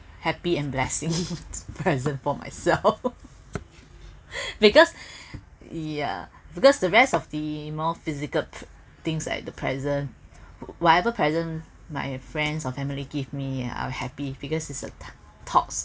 happy and blessing present for myself because yeah because the rest of the more physical things like the presents whatever present my friends or family give me I'll happy because it's a thoughts